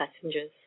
passengers